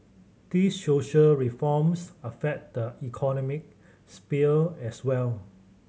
these social reforms affect the economic sphere as well